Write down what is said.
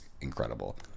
incredible